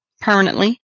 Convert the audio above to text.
permanently